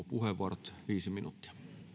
puheenvuorot viisi minuuttia